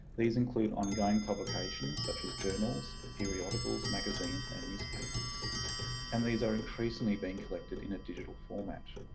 these include ongoing publications such as journals, periodicals, magazines and newspapers and these are increasingly being collected in a digital format.